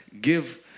give